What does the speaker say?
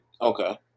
Okay